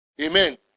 Amen